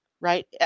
Right